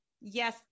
yes